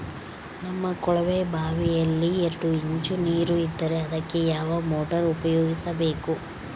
ನಮ್ಮ ಕೊಳವೆಬಾವಿಯಲ್ಲಿ ಎರಡು ಇಂಚು ನೇರು ಇದ್ದರೆ ಅದಕ್ಕೆ ಯಾವ ಮೋಟಾರ್ ಉಪಯೋಗಿಸಬೇಕು?